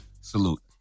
Salute